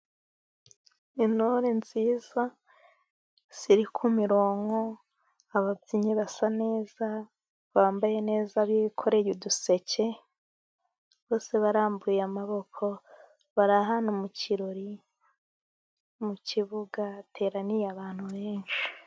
Intore nziza ziri kumironko, ababyinnyi basa neza, bambaye neza bikoreye uduseke, bose barambuye amaboko, bari ahantu mu kirori, mu kibuga hateraniye abantu benshi.